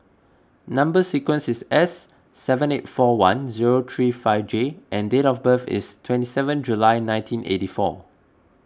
Number Sequence is S seven eight four one zero three five J and date of birth is twenty seventh July nineteen eighty four